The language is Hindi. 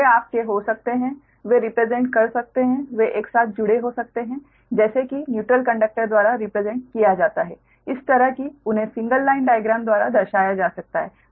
तो वे आपके हो सकते हैं वे रिप्रेसेंट कर सकते हैं वे एक साथ जुड़े हो सकते हैं जैसे कि न्यूट्रल कंडक्टर द्वारा रिप्रेसेंट किया जाता है इस तरह कि उन्हें सिंगल लाइन डाइग्राम द्वारा दर्शाया जा सकता है